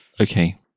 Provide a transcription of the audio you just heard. Okay